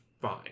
fine